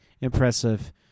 impressive